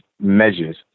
measures